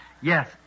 Yes